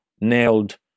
nailed